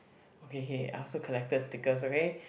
okay K I also collected stickers okay